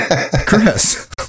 Chris